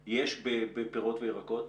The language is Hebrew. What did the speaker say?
יש בפירות וירקות?